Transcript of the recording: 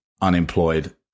unemployed